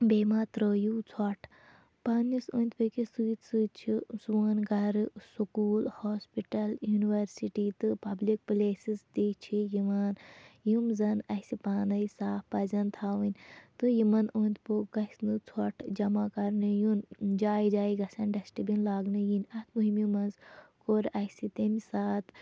بیٚیہِ ما ترٛٲوِو ژھوٚٹ پَنٕنِس أنٛدۍ پٔکِس سۭتۍ سۭتۍ چھِ سون گَرٕ سکوٗل ہاسپِٹَل یوٗنیوَرسِٹی تہٕ پبلِک پُلیسِز تہِ چھِ یِوان یِم زَن اَسہِ پانے صاف پَزٮ۪ن تھاوٕنۍ تہٕ یِمَن اوٚنٛد پوٚک گژھِ نہٕ ژھوٚٹ جما کَرنہٕ یُن جایہِ جایہِ گژھَن ڈِسٹ بِن لاگنہٕ یِنۍ اَتھ مُہِمہِ منٛز کوٚر اَسہِ تَمہِ ساتہٕ